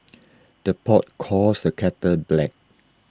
the pot calls the kettle black